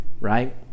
right